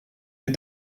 les